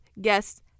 guests